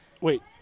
Wait